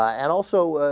ah and also ah.